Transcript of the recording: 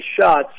shots